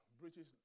British